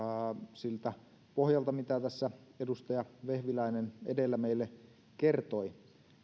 siltä pohjalta mitä tässä edustaja vehviläinen edellä meille kertoi